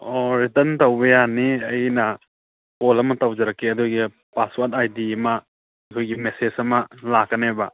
ꯑꯣ ꯔꯤꯇꯟ ꯇꯧꯕ ꯌꯥꯅꯤ ꯑꯩꯅ ꯀꯣꯜ ꯑꯃ ꯇꯧꯖꯔꯛꯀꯦ ꯑꯗꯨꯒꯤ ꯄꯥꯁꯋꯥꯠ ꯑꯥꯏ ꯗꯤ ꯑꯃ ꯑꯩꯈꯣꯏꯒꯤ ꯃꯦꯁꯦꯖ ꯑꯃ ꯂꯥꯛꯀꯅꯦꯕ